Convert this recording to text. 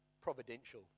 Providential